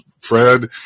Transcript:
Fred